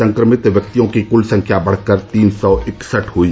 संक्रमित व्यक्तियों की कुल संख्या बढ़कर तीन सौ इकसठ हुई